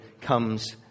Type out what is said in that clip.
comes